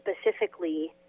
specifically